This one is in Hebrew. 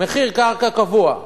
מחיר קרקע קבוע,